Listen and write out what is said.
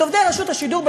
את עובדי רשות השידור,